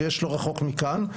שיש לא רחוק מכאן,